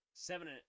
seven